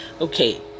okay